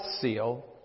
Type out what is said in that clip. seal